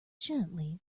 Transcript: gently